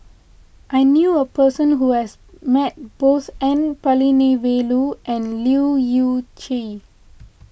I knew a person who has met both N Palanivelu and Leu Yew Chye